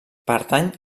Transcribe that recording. pertany